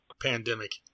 pandemic